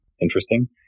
interesting